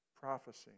Prophecy